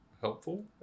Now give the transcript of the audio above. helpful